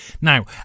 now